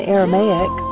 Aramaic